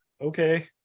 okay